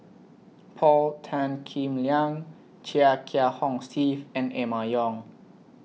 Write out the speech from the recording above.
Paul Tan Kim Liang Chia Kiah Hong Steve and Emma Yong